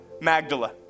Magdala